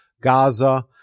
Gaza